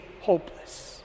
hopeless